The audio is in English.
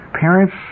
Parents